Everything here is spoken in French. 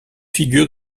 figure